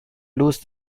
lose